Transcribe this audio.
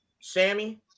Sammy